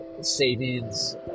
savings